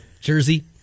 jersey